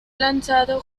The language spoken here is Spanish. lanzado